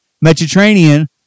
Mediterranean